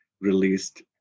released